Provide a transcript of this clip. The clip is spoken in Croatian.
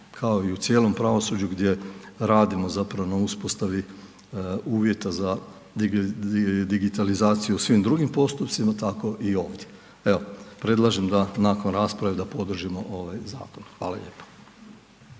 kao i u cijelom pravosuđu gdje radimo radimo zapravo na uspostavi uvjeta za digitalizaciju u svim drugim postupcima, tako i ovdje. Evo predlažem da nakon rasprave da podržimo ovaj zakon, hvala lijepo.